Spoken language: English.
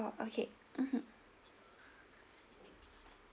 oh okay mmhmm